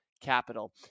capital